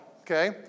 okay